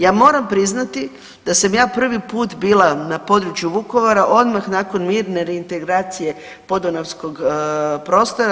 Ja moram priznati da sam ja prvi put bila na području Vukovara odmah nakon mirne reintegracije Podunavskog prostora.